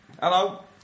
Hello